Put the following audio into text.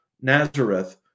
Nazareth